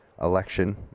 election